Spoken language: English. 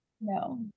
No